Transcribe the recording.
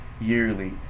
yearly